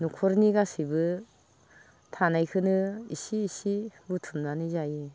न'खरनि गासैबो थानायखौनो इसे इसे बुथुमनानै जायो